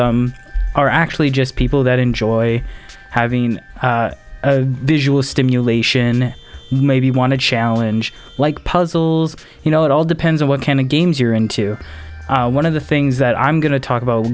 them are actually just people that enjoy having visual stimulation maybe want to challenge like puzzles you know it all depends on what kind of games you're into one of the things that i'm going to talk about